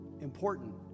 important